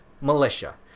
militia